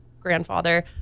grandfather